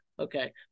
Okay